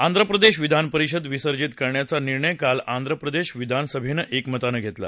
आंध्र प्रदेश विधान परिषद विसर्जित करण्याचा निर्णय काल आंध्र प्रदेश विधान सभेनं एकमतानं धेतला